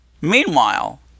Meanwhile